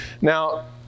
Now